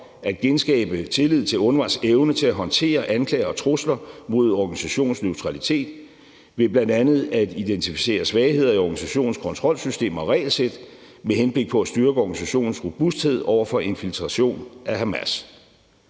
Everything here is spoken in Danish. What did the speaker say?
at genskabe tilliden til UNRWA's evne til at håndtere anklager og trusler mod organisationens neutralitet ved bl.a. at identificere svagheder i organisationens kontrolsystemer og regelsæt med henblik på at styrke organisationens robusthed over for infiltration af Hamas.